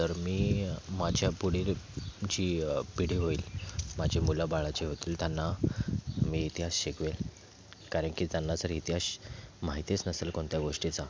तर मी माझ्या पुढील जी पिढी होईल माझी मुलं बाळं जी होतील त्यांना मी इतिहास शिकवेल कारण की त्यांना जर इतिहास माहितीच नसेल कोणत्या गोष्टीचा